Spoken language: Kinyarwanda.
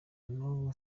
n’ubu